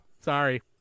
Sorry